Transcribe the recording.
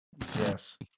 Yes